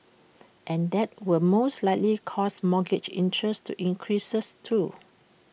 and that will most likely cause mortgage interest to increase too